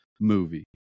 movie